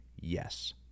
yes